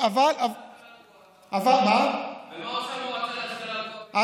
ומה עושה המועצה להשכלה הגבוהה, מה?